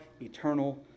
eternal